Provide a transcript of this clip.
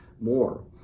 more